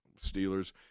Steelers